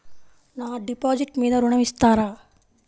నా డిపాజిట్ మీద ఋణం ఇస్తారా?